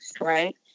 right